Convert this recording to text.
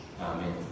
Amen